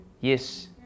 Yes